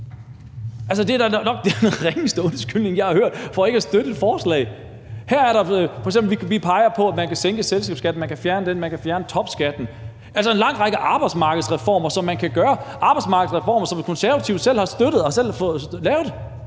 Det er da nok den ringeste undskyldning, jeg har hørt for ikke støtte et forslag. Vi peger f.eks. på, at man kan sænke eller fjerne selskabsskatten, og at man kan fjerne topskatten, altså en lang række arbejdsmarkedsreformer, som man kan gennemføre – arbejdsmarkedsreformer, som Konservative selv har støttet og selv har lavet.